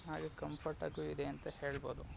ಹಾಗೆ ಕಂಫರ್ಟ್ ಆಗೂ ಇದೆ ಅಂತ ಹೇಳ್ಬೋದು